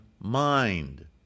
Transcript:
mind